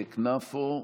כנפו,